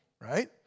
right